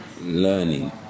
learning